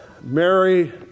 Mary